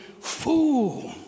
fool